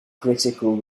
critical